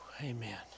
Amen